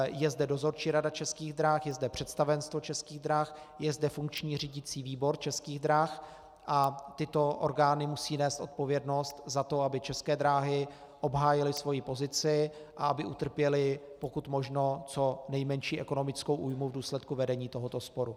Je zde dozorčí rada Českých drah, je zde představenstvo Českých drah, je zde funkční řídicí výbor Českých drah a tyto orgány musí nést odpovědnost za to, aby České dráhy obhájily svoji pozici a aby utrpěly, pokud možno, co nejmenší ekonomickou újmu v důsledku vedení tohoto sporu.